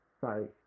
sorry